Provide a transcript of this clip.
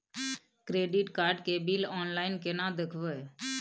Credit card के bill online केना देखबय?